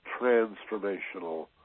transformational